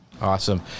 Awesome